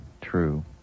true